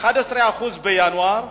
11% בינואר,